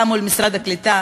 גם מול משרד העלייה והקליטה,